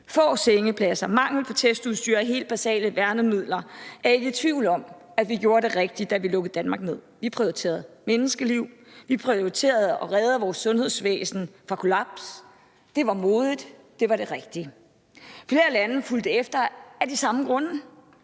få sengepladser, mangel på testudstyr og helt basale værnemidler er jeg ikke i tvivl om, at vi gjorde det rigtig, da vi lukkede Danmark ned. Vi prioriterede menneskeliv, vi prioriterede at redde vores sundhedsvæsen fra kollaps. Det var modigt; det var det rigtige. Flere lande fulgte efter af de samme grunde,